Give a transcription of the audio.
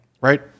right